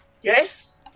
yes